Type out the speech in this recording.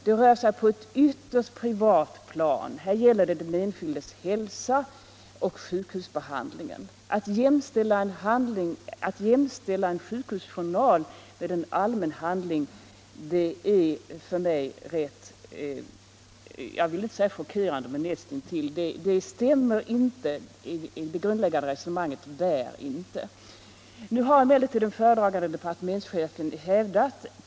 Det rör sig på ett ytterst privat plan. Här gäller det den enskildes hälsa och sjukhusbehandling. Att jämställa en sjukhusjournal med en allmän handling är för mig näst intill chockerande. Det grundläggande resonemanget stämmer inte.